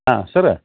ಹಾಂ ಸರ